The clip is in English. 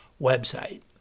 website